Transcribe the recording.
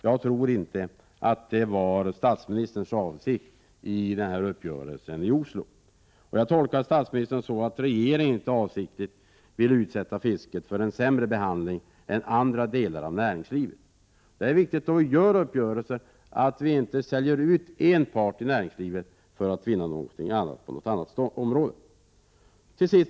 Jag tror inte att det var statsministerns avsikt med uppgörelsen i Oslo. Jag tolkar statsministern så, att regeringen inte avsiktligt vill utsätta fisket för en sämre behandling än andra delar av näringslivet. Då vi gör en uppgörelse är det viktigt att vi inte säljer ut ert område av näringslivet för att vinna någonting på ett annat område. Herr talman!